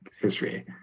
history